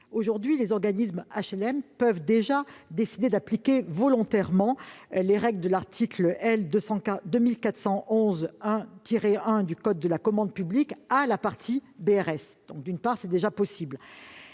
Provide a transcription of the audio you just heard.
Aujourd'hui, les organismes d'HLM peuvent déjà décider d'appliquer volontairement les règles de l'article L. 2411-1 du code de la commande publique à la partie BRS d'une telle opération.